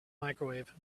microwave